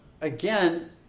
again